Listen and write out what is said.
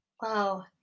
Wow